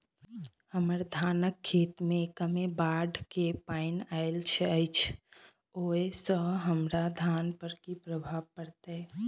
हम्मर धानक खेत मे कमे बाढ़ केँ पानि आइल अछि, ओय सँ धान पर की प्रभाव पड़तै?